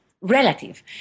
relative